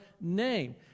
name